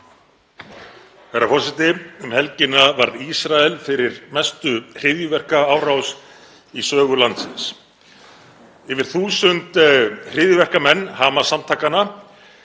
Herra forseti. Um helgina varð Ísrael fyrir mestu hryðjuverkaárás í sögu landsins. Yfir 1.000 hryðjuverkamenn Hamas-samtakanna